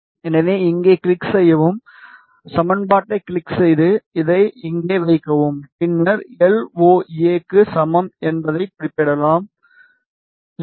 எனவே இங்கே கிளிக் செய்யவும் சமன்பாட்டைக் கிளிக் செய்து அதை இங்கே வைக்கவும் பின்னர் எல் ஓ எ க்கு சமம் என்பதைக் குறிப்பிடவும் 0